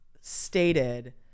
stated